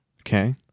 okay